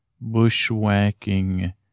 bushwhacking